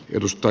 jutusta